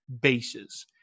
bases